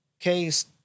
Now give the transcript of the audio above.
Case